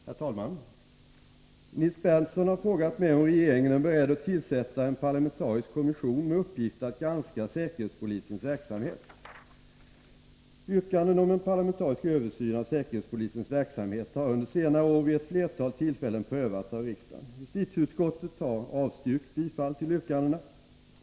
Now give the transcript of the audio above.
Herr talman! Nils Berndtson har frågat mig om regeringen är beredd att tillsätta en parlamentarisk kommission med uppgift att granska säkerhetspolisens verksamhet. Yrkanden om en parlamentarisk översyn av säkerhetspolisens verksamhet har under senare år vid ett flertal tillfällen prövats av riksdagen. Justitieutskottet har avstyrkt bifall till yrkandena.